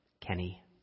kenny